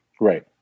Right